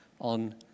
on